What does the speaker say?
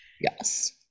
yes